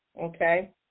Okay